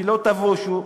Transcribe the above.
שלא תבושו,